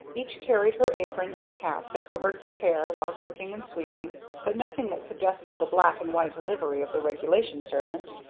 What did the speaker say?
each carried her apron and a cap that covered the hair while cooking and sweeping but nothing that suggested the black and white livery of the regulation servant.